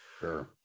Sure